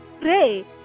pray